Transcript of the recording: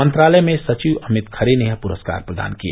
मंत्रालय में सचिव अमित खरे ने यह पुरस्कार प्रदान किए